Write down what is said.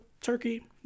turkey